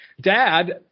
Dad